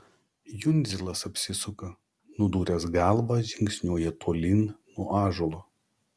jundzilas apsisuka nudūręs galvą žingsniuoja tolyn nuo ąžuolo